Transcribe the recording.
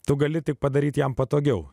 tu gali tik padaryti jam patogiau